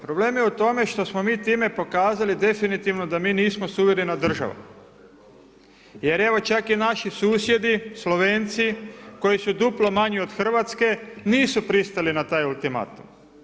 Problem je u tome što smo mi time pokazali definitivno da mi nismo suverena država jer evo, čak i naši susjedi Slovenci, koji su duplo manji od RH nisu pristali na taj ultimatum.